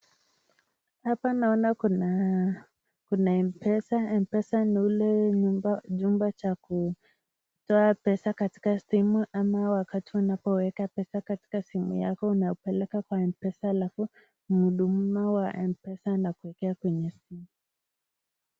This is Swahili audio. Hapa naona Kuna Mpesa, Mpesa ni ule nyumba ya kutoa pesa katika ama wakati wanawake pesa Katika simu Yako unapeleka kwa Mpesa alafu mhudumia anakuwekea kwenye simu yako.